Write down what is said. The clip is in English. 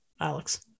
Alex